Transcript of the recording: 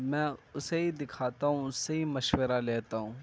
میں اسے ہی دکھاتا ہوں اس سے ہی مشورہ لیتا ہوں